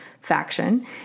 faction